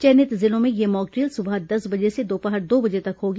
चयनित जिलों में यह मॉकड्रिल सुबह दस बजे से दोपहर दो बजे तक होगी